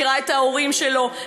מכירה את ההורים שלו,